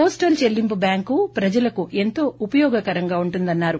postal చెల్లింపు bank ప్రజలకు ఎంతో ఉపయోగకరంగా ఉంటుందన్నారు